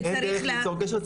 אין דרך ליצור קשר,